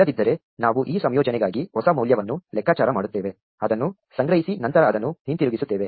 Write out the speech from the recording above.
ಇಲ್ಲದಿದ್ದರೆ ನಾವು ಈ ಸಂಯೋಜನೆಗಾಗಿ ಹೊಸ ಮೌಲ್ಯವನ್ನು ಲೆಕ್ಕಾಚಾರ ಮಾಡುತ್ತೇವೆ ಅದನ್ನು ಸಂಗ್ರಹಿಸಿ ನಂತರ ಅದನ್ನು ಹಿಂತಿರುಗಿಸುತ್ತೇವೆ